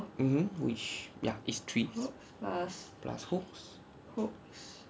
mmhmm which ya is trees plus hooks